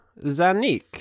Zanik